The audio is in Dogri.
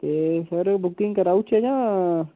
सर बुकिंग कराई ओड़चै जां